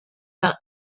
par